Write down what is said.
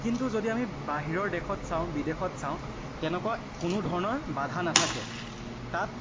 কিন্তু যদি আমি বাহিৰৰ দেশত চাওঁ বিদেশত চাওঁ তেনেকুৱা কোনো ধৰণৰ বাধা নাথাকে তাত